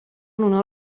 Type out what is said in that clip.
آنها